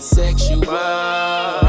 sexual